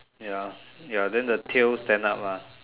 ya ya then the tail stand up ah